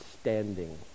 standing